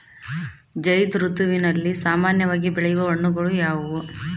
ಝೈಧ್ ಋತುವಿನಲ್ಲಿ ಸಾಮಾನ್ಯವಾಗಿ ಬೆಳೆಯುವ ಹಣ್ಣುಗಳು ಯಾವುವು?